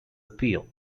appeal